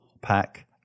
pack